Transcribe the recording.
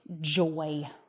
joy